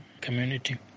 community